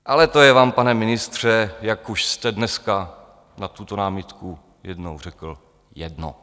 Ale to je vám, pane ministře, jak už jste dnes na tuto námitku jednou řekl, jedno.